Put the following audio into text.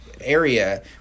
area